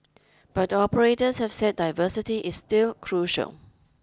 but operators have said diversity is still crucial